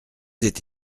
été